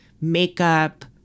makeup